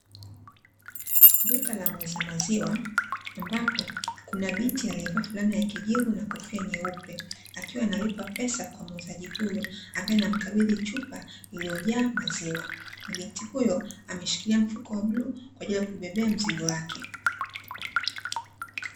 Duka la muuza maziwa, ambapo kuna binti aliyevaa fulana ya kijivu na kofia nyeupe akiwa analipa pesa kwa muuzaji huyo, ambaye anamkabidhi chupa iliyojaa maziwa, binti huyo ameshikilia mfuko wa bluu kwa ajili ya kubebea mzigo wake.